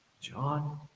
John